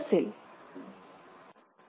पाच आणि पाच हे दहा रुपये झालेले आहेत